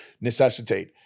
necessitate